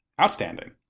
outstanding